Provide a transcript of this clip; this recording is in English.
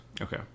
Okay